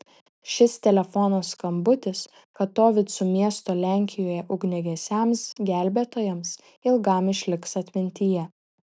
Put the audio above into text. šis telefono skambutis katovicų miesto lenkijoje ugniagesiams gelbėtojams ilgam išliks atmintyje